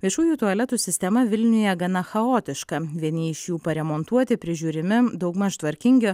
viešųjų tualetų sistema vilniuje gana chaotiška vieni iš jų paremontuoti prižiūrimi daugmaž tvarkingi